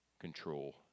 control